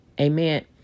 Amen